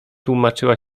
tłumaczyła